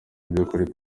by’ukuri